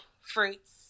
fruits